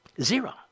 Zero